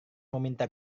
meminta